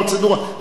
אדוני שאל,